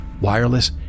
wireless